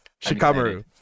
Shikamaru